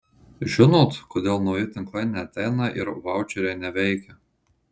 žinot kodėl nauji tinklai neateina ir vaučeriai neveikia